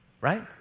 Right